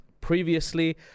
previously